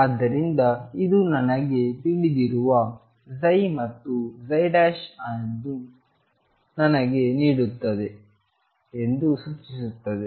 ಆದ್ದರಿಂದ ಇದು ನನಗೆ ತಿಳಿದಿರುವ ಮತ್ತು ಅದು ನನಗೆ ನೀಡುತ್ತದೆ ಎಂದು ಸೂಚಿಸುತ್ತದೆ